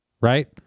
Right